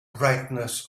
brightness